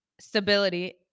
stability